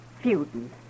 feuding